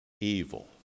evil